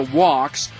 walks